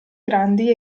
grandi